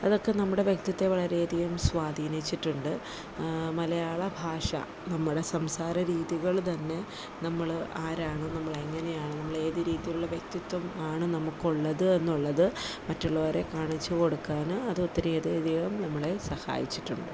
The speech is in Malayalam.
അതൊക്കെ നമ്മുടെ വ്യക്തിത്വത്തെ വളരെയധികം സ്വാധീനിച്ചിട്ടുണ്ട് മലയാള ഭാഷ നമ്മുടെ സംസാര രീതികള് തന്നെ നമ്മള് ആരാണോ നമ്മളെങ്ങനെയാണു നമ്മള് ഏതു രീതിയിലുള്ള വ്യക്തിത്വം ആണ് നമുക്കുള്ളത് എന്നുള്ളത് മറ്റുള്ളവരെ കാണിച്ചുകൊടുക്കാന് അത് ഒത്തിരിയധിധികം നമ്മളെ സഹായിച്ചിട്ടുണ്ട്